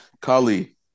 Kali